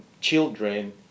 children